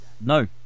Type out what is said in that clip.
no